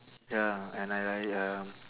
ya and I like ya lah